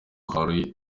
hari